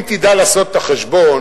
אם תדע לעשות את החשבון,